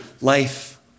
life